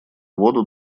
воду